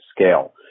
scale